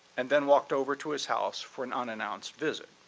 and then walked over to his house for an unannounced visit,